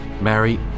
mary